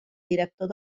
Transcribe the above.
director